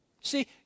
See